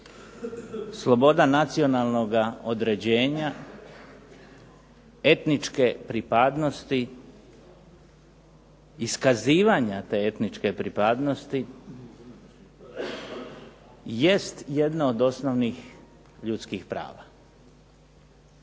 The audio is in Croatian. sloboda određenja etničke pripadnosti iskazivanja te etničke pripadnosti, jest jedno od osnovnih ljudskih prava.